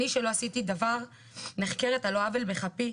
אני שלא עשיתי דבר נחקרת על לא עוול בכפי,